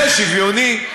זה שוויוני.